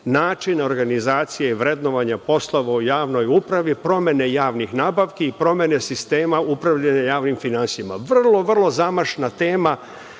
način organizacije i vrednovanja poslova u javnoj upravi, promene javnih nabavki i promeni sistema upravljanja javnim finansijama. Vrlo zamašna tema